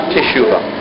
Teshuvah